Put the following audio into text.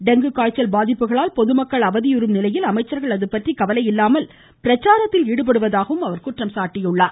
dengue காய்ச்சல் பாதிப்புகளால் பொதுமக்கள் அவதியுறும் நிலையில் அமைச்சர்கள் அதுபற்றி கவலையில்லாமல் பிரச்சாரத்தில் ஈடுபடுவதாக அவர் குற்றம் சாட்டியுள்ளார்